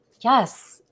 Yes